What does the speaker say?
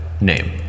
Name